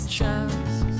chance